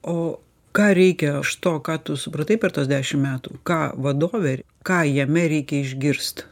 o ką reikia iš to ką tu supratai per tuos dešim metų ką vadove ką jame reikia išgirst